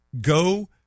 go